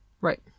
Right